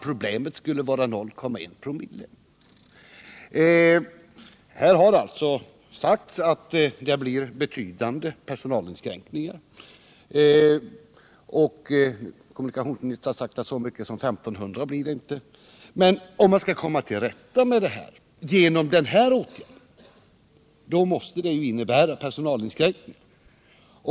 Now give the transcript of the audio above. Det har sagts här att det blir betydande personalinskränkningar, och kommunikationsministern har sagt att det inte blir så mycket som 1 500. Men om man skall komma till rätta med detta genom den här åtgärden måste det innebära personalinskränkningar.